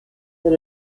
but